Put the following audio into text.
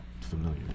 familiar